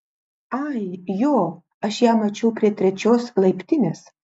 ai jo aš ją mačiau prie trečios laiptinės